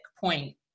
point